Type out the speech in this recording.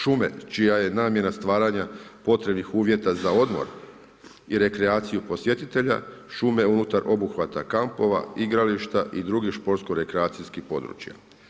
Šume čija je namjena stvaranja potrebnih uvjeta za odmor i rekreaciju posjetitelja, šume unutar obuhvata kampova, igrališta i dr. športsko-rekreacijskih područja.